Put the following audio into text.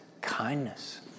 kindness